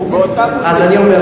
ולכן אני,